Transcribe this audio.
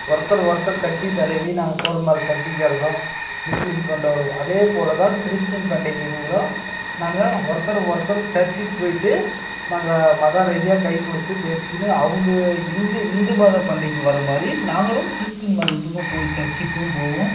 ஒருத்தருக்கு ஒருத்தர் கட்டி தழுவி நாங்கள் தோள் மேலே தட்டிக்கிறதும் முஸ்லீம் கொண்டாடுவோம் அதே போல் தான் கிறிஸ்டின் பண்டிகைகளும் நாங்கள் ஒருத்தருக்கு ஒருத்தர் சர்ச்சுக்கு போய்ட்டு நாங்கள் மதம் ரீதியாக கை கொடுத்து பேசிக்கின்னு அவங்க எங்கள் இந்து மத பண்டிகைக்கு வர மாதிரி நாங்களும் கிறிஸ்டின் மதத்துக்கும் போய் சர்ச்சுக்கும் போவோம்